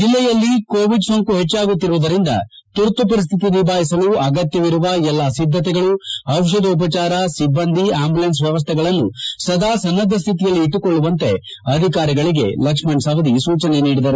ಜಿಲ್ಲೆಯಲ್ಲಿ ಕೋವಿಡ್ ಸೋಂಕು ಹೆಚ್ಚಾಗುತ್ತಿರುವುದರಿಂದ ತುರ್ತು ಪರಿಸ್ಥಿತಿ ನಿಭಾಯಿಸಲು ಅಗತ್ಯವಿರುವ ಎಲ್ಲ ಸಿದ್ಧತೆಗಳು ಔಷಧೋಪಚಾರ ಸಿಬ್ಬಂದಿ ಅಂಬ್ಯುಲೆನ್ಸ್ ವ್ಯವಸ್ಥೆಗಳನ್ನು ಸದಾ ಸನ್ನದ ಸ್ಥಿತಿಯಲ್ಲಿ ಇಟ್ಬುಕೊಳ್ಳುವಂತೆ ಅಧಿಕಾರಿಗಳಿಗೆ ಉಪಮುಖ್ಯಮಂತ್ರಿ ಲಕ್ಷ್ಮಣ ಸವದಿ ಸೂಚನೆ ನೀಡಿದರು